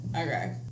Okay